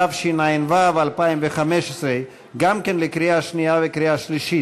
התשע"ו 2015, גם כן לקריאה שנייה וקריאה שלישית.